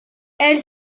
elle